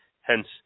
hence